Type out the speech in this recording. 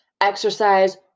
exercise